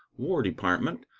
war department,